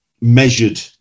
measured